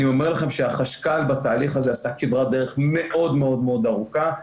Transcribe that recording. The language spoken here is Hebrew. אני אומר לכם שהחשכ"ל בתהליך עשה כברת דרך מאוד מאוד ארוכה.